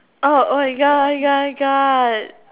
oh oh my god oh my god my god